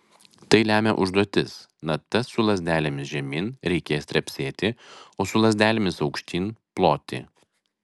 tai lemia užduotis natas su lazdelėmis žemyn reikės trepsėti o su lazdelėmis aukštyn ploti